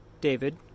David